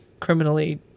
criminally